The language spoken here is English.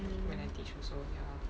when I teach also ya